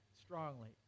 strongly